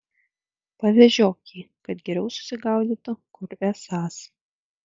pavežiok jį kad geriau susigaudytų kur esąs